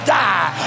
die